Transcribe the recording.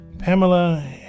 Pamela